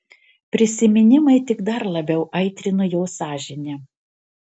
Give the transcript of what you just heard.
prisiminimai tik dar labiau aitrino jo sąžinę